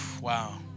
Wow